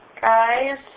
Guys